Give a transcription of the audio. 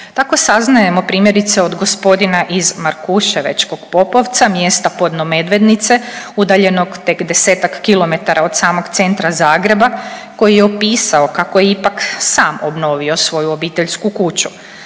Tako saznajemo primjerice od g. iz Markuševečkog Popovca mjesta podno Medvednice udaljenog tek desetak kilometara od samog centra Zagreba koji je opisao kako je ipak sam obnovio svoju obiteljsku kuću.